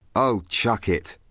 oh chuck it!